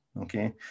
Okay